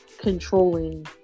controlling